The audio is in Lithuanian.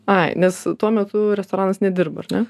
ai nes tuo metu restoranas nedirba ar ne